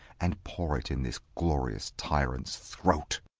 and pour it in this glorious tyrant's throat!